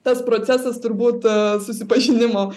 tas procesas turbūt a susipažinimo